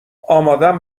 آمادم